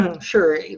Sure